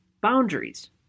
boundaries